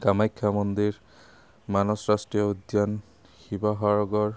কামাখ্যা মন্দিৰ মানস ৰাষ্ট্ৰীয় উদ্যান শিৱসাগৰ